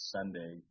Sunday